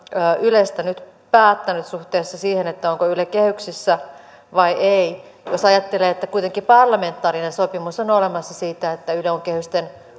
ylestä nyt päättänyt suhteessa siihen onko yle kehyksissä vai ei jos ajattelee että kuitenkin parlamentaarinen sopimus on olemassa siitä että yle on kehysten